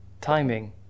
timing